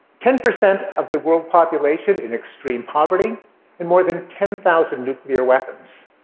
ten percent of the world population in extreme poverty and more than ten thousand nuclear weapons.